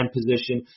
position